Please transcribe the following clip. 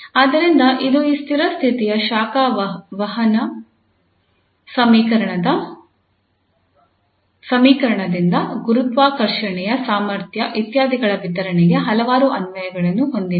ಆದ್ದರಿಂದ ಇದು ಈ ಸ್ಥಿರ ಸ್ಥಿತಿಯ ಶಾಖ ವಹನ ಸಮೀಕರಣದಿಂದ ಗುರುತ್ವಾಕರ್ಷಣೆಯ ಸಾಮರ್ಥ್ಯ ಇತ್ಯಾದಿಗಳ ವಿತರಣೆಗೆ ಹಲವಾರು ಅನ್ವಯಗಳನ್ನು ಹೊಂದಿದೆ